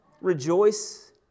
Rejoice